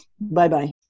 Bye-bye